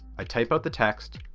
i type out the text,